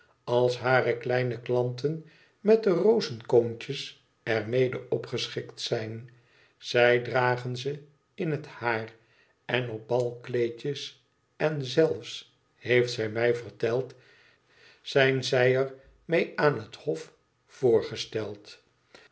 als hare kleine klanten met de rozenkoontjes er mede opgeschikt zijn zij dragen ze in het haar en op balkleedjes en zelfs heeft zij mij verteld zijn zij er mee aan het hof voor